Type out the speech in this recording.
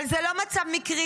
אבל זה לא מצב מקרי,